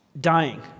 dying